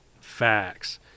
facts